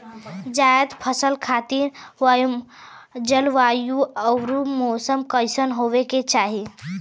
जायद फसल खातिर जलवायु अउर मौसम कइसन होवे के चाही?